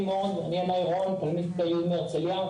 או פעילות בלתי פורמלית אחר הצהריים,